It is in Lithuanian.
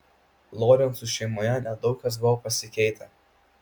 lorencų šeimoje nedaug kas buvo pasikeitę